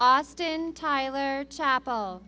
austin tyler chappel